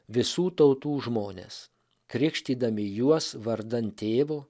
visų tautų žmones krikštydami juos vardan tėvo